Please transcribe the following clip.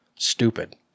Stupid